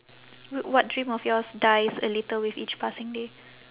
w~ what dream of yours dies a little with each passing day